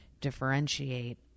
differentiate